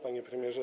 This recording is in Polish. Panie Premierze!